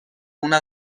una